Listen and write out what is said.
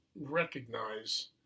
recognize